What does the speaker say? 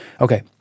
Okay